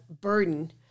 burden